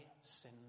sin